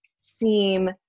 seem